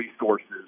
resources